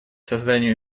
созданию